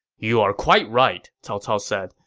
you're quite right, cao cao said.